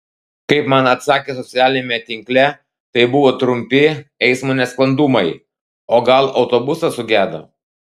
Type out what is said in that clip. kaip man atsakė socialiniame tinkle tai buvo trumpi eismo nesklandumai o gal autobusas sugedo